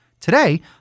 Today